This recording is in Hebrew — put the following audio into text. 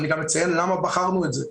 אני גם אציין למה בחרנו את זה.